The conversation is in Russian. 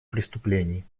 преступлений